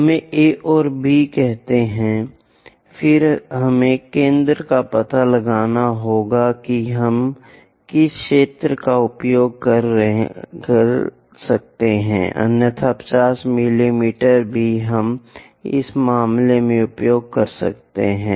हमें A और B कहते हैं फिर हमें केंद्र का पता लगाना होगा कि हम किस क्षेत्र का उपयोग कर सकते हैं अन्यथा 50 मिमी भी हम इस मामले में उपयोग कर सकते हैं